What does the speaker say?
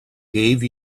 gave